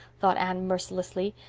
thought anne mercilessly.